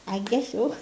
I guess so